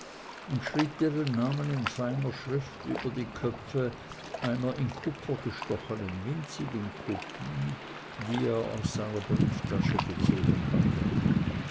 und schrieb deren namen in feiner schrift über die köpfe einer in kupfer gestochenen winzigen kopie die er aus seiner brieftasche gezogen hatte